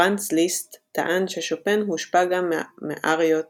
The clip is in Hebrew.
פרנץ ליסט טען ששופן הושפע גם מאריות